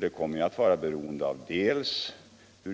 Den kommer att vara beroende av hurudana